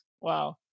wow